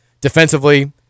Defensively